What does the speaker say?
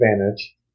advantage